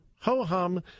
ho-hum